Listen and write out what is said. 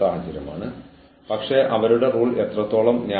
അതിനാൽ നിങ്ങളിൽ പലരും അതിനെ എതിർത്തേക്കാം